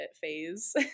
phase